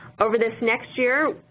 over this next year,